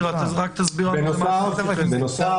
בנוסף,